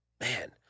man